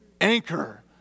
anchor